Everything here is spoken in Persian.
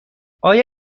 آیا